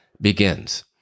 begins